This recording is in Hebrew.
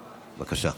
בבקשה.